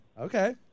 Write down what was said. okay